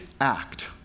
act